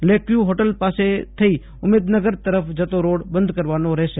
lake view hotel પાસે થઇ ઉમેદનગર તરફ જતો રોડ બંઘ કરવાનો રહેશે